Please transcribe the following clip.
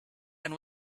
and